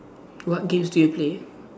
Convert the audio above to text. what games do you play